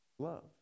love